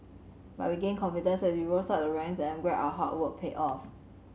but we gained confidence as we rose up the ranks and I'm glad our hard work paid off